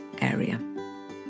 area